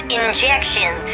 injection